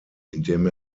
indem